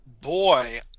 Boy